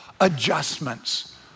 adjustments